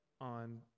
on